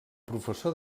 professor